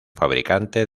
fabricante